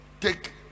take